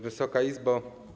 Wysoka Izbo!